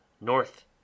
north